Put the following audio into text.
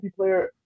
multiplayer